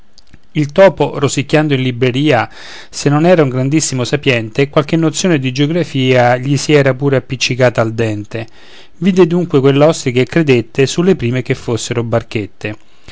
il topo rosicchiando in libreria se non era un grandissimo sapiente qualche nozione di geografia gli si era pure appiccicata al dente vide dunque quell'ostriche e credette sulle prime che fossero barchette